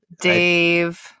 Dave